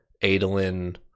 Adolin